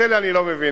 את אלה אני לא מבין.